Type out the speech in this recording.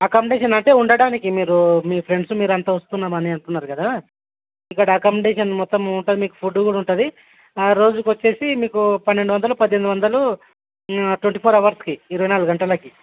accommodation అంటే ఉండటానికి మీరు మీ ఫ్రెండ్స్ మీరు అంతా వస్తున్నాము అని అంటున్నారు కదా ఇక్కడ అకామడేషన్ మొత్తం ఉంటుంది మీకు ఫుడ్ కూడా ఉంటుంది రోజుకి వచ్చేసి మీకు పన్నెండు వందలు పద్దెనిమిది వందలు ట్వెంటీ ఫోర్ అవర్స్కి ఇరవై నాలుగు గంటలకి